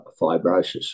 fibrosis